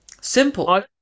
Simple